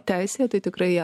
teisėje tai tikrai ją